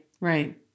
Right